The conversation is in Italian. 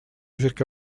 cerca